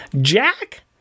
Jack